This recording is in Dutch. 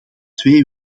twee